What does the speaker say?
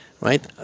Right